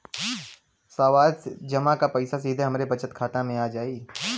सावधि जमा क पैसा सीधे हमरे बचत खाता मे आ जाई?